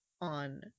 on